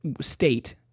state